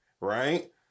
right